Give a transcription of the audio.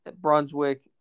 brunswick